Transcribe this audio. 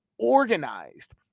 Organized